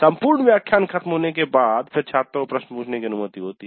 सम्पूर्ण व्याख्यान ख़त्म होने के बाद फिर छात्रों को प्रश्न पूछने की अनुमति होती है